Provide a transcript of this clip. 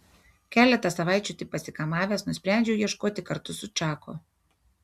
keletą savaičių taip pasikamavęs nusprendžiau ieškoti kartu su čaku